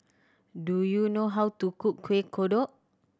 do you know how to cook Kuih Kodok